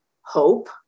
hope